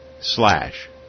slash